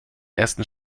ersten